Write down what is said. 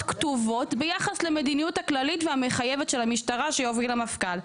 כתובות ביחס למדיניות הכללית והמחייבת של המשטרה שיוביל המפכ"ל.